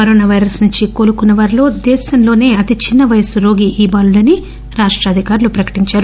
corona virus నుంచి కోలుకున్స వారిలో దేశంలోసే అతి చిన్స వయస్సు రోగి ఈ బాలుడని రాష్ట అధికారులు ప్రకటించారు